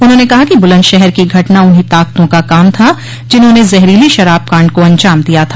उन्होंने कहा कि बुलन्दशहर की घटना उन्हीं ताकतों का काम था जिन्होंने जहरीली शराब काण्ड को अंजाम दिया था